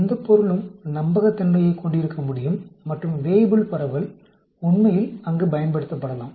எந்தப்பொருளும் நம்பகத்தன்மையைக் கொண்டிருக்க முடியும் மற்றும் வேய்புல் பரவல் உண்மையில் அங்கு பயன்படுத்தப்படலாம்